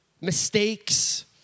mistakes